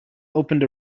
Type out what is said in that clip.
opened